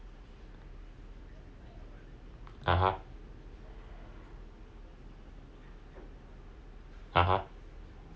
(uh huh) (uh huh)